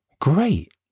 Great